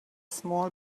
small